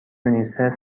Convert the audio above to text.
یونیسف